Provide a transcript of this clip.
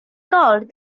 called